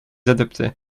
adopter